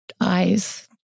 eyes